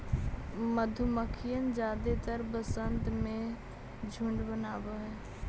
मधुमक्खियन जादेतर वसंत में झुंड बनाब हई